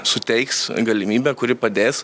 suteiks galimybę kuri padės